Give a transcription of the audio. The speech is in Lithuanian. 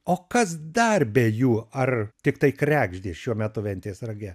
o kas dar be jų ar tiktai kregždė šiuo metu ventės rage